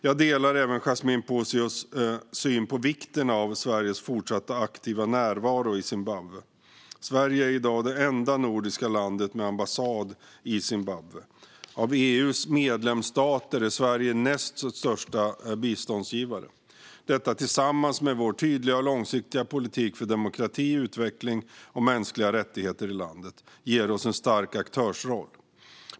Jag delar även Yasmine Posios syn på vikten av Sveriges fortsatta aktiva närvaro i Zimbabwe. Sverige är i dag det enda nordiska landet med ambassad i Zimbabwe. Av EU:s medlemsstater är Sverige näst största biståndsgivare. Detta, tillsammans med vår tydliga och långsiktiga politik för demokrati, utveckling och mänskliga rättigheter i landet, ger oss en stark aktörsroll.